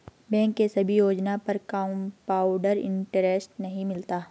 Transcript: bank के सभी योजना पर कंपाउड इन्टरेस्ट नहीं मिलता है